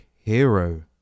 hero